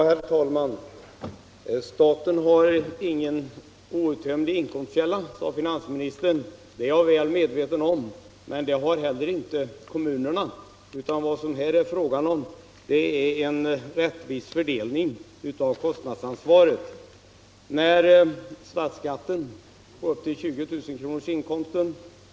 Herr talman! Staten har ingen outtömlig inkomstkälla, sade finansministern. Det är jag väl medveten om, men det har heller inte kommunerna, utan vad det här är fråga om är en rättvis fördelning av kostnadsansvaret. När statsskatten på inkomster upp till 20 000 kr.